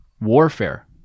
warfare